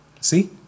See